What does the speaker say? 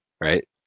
Right